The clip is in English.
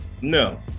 no